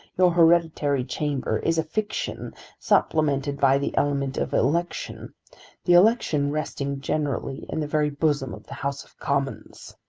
your hereditary chamber is a fiction supplemented by the element of election the election resting generally in the very bosom of the house of commons.